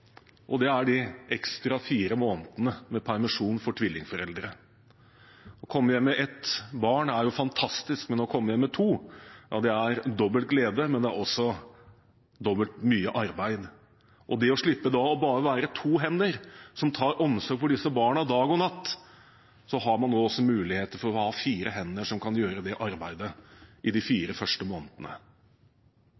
og det er de ekstra fire månedene med permisjon for tvillingforeldre. Å komme hjem med ett barn er jo fantastisk, men å komme hjem med to – ja, det er dobbel glede, men det er også dobbelt så mye arbeid. For å slippe å ha bare to hender som tar omsorgen for disse barna dag og natt, har man nå mulighet for fire hender som kan gjøre det arbeidet i de